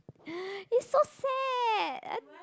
he so sad